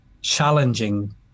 challenging